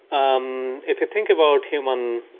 um if you think about human.